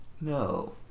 no